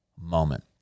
moment